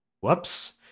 Whoops